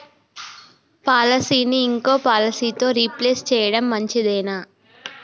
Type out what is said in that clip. పాలసీని ఇంకో పాలసీతో రీప్లేస్ చేయడం మంచిదేనా?